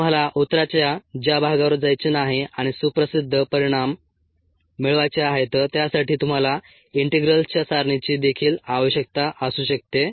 तुम्हाला उत्तराच्या ज्या भागावर जायचे नाही आणि सुप्रसिद्ध परिणाम मिळवायचे आहेत त्यासाठी तुम्हाला इंटिग्रल्सच्या सारणीची देखील आवश्यकता असू शकते